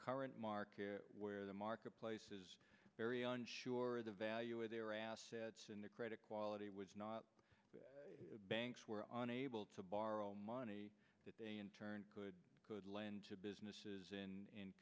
current market where the marketplace is very unsure of the value of their assets and the credit quality was not the banks were on able to borrow money that they in turn could could lend to businesses in